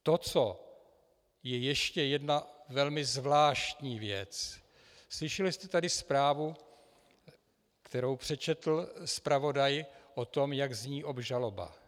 To, co je ještě jedna velmi zvláštní věc slyšeli jste tady zprávu, kterou přečetl zpravodaj o tom, jak zní obžaloba.